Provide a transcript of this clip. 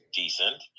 decent